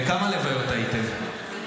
בכמה לוויות הייתם?